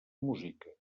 música